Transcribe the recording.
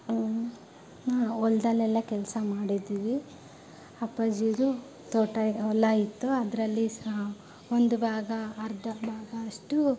ಹೊಲ್ದಲೆಲ್ಲ ಕೆಲಸ ಮಾಡಿದೀವಿ ಅಪ್ಪಾಜಿದು ತೋಟ ಹೊಲ ಇತ್ತು ಅದರಲ್ಲಿ ಸಹ ಒಂದು ಭಾಗ ಅರ್ಧ ಭಾಗ ಅಷ್ಟು